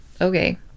Okay